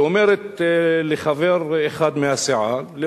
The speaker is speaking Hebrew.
ואומרת לחבר אחד מהסיעה,